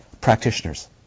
practitioners